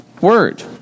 word